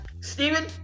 Stephen